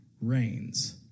reigns